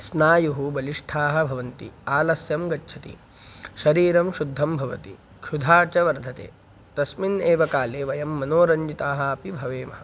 स्नायुः बलिष्ठाः भवन्ति आलस्यं गच्छति शरीरं शुद्धं भवति क्षुधा च वर्धते तस्मिन् एव काले वयं मनोरञ्जिताः अपि भवेम